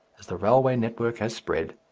as the railway network has spread,